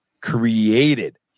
created